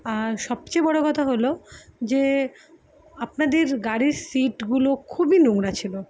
আর সবচেয়ে বড়ো কথা হলো যে আপনাদের গাড়ির সিটগুলো খুবই নোংরা ছিলো